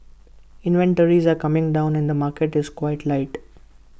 inventories are coming down and market is quite tight